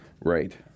Right